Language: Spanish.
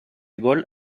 gol